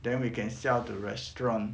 then we can sell to restaurant